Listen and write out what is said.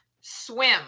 swim